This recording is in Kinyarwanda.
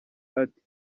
ati